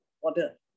order